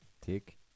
Tick